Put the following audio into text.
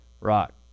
rock